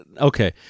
okay